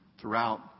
throughout